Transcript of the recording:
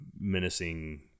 menacing